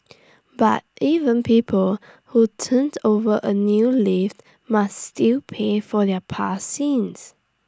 but even people who turned over A new leaf must still pay for their past sins